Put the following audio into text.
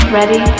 Ready